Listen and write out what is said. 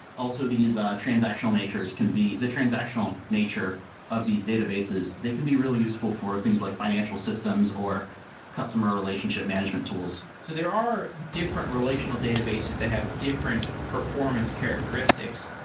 also, these ah transactional natures can be the transactional nature of these databases, they can be really useful for things like financial systems or customer relationship management tools. so there are different relational databases that have different performance characteristics.